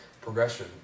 progression